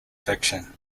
fiction